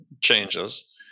changes